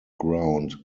ground